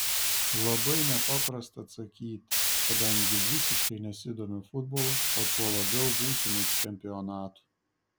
labai nepaprasta atsakyti kadangi visiškai nesidomiu futbolu o tuo labiau būsimu čempionatu